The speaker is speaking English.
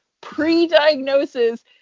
pre-diagnosis